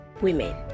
women